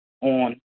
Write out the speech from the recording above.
on